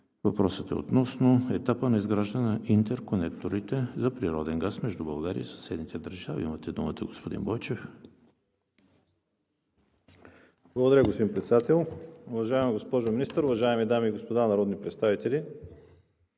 Въпросът е относно етапа на изграждане на интерконектори за природен газ между България и съседните държави. Имате думата, господин Бойчев. ЖЕЛЬО БОЙЧЕВ (БСП за България): Благодаря, господин Председател. Уважаема госпожо Министър, уважаеми дами и господа народни представители!